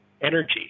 energy